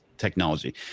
technology